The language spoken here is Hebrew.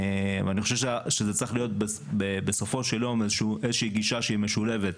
ואני חושב שצריכה להיות בסופו של יום איזושהי גישה שהיא משולבת,